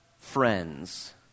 Friends